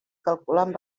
calculant